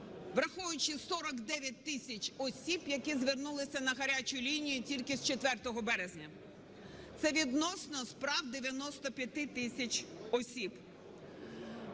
враховуючи 49 тисяч осіб, які звернулися на гарячу лінію тільки з 4 березня. Це відносно справ 95 тисяч осіб.